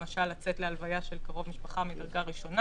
למשל לצאת להלוויה של קרוב משפחה מדרגה ראשונה.